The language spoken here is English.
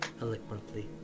eloquently